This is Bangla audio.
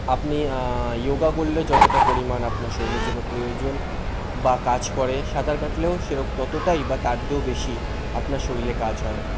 আপনি ইয়োগা করলেও যতটা পরিমাণ আপনার শরীলের জন্য প্রয়োজন বা কাজ করে সাঁতার কাটলেও সেরকম ততটাই বা তার দিয়েও বেশি আপনার শরীলে কাজ হয়